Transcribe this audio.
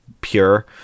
pure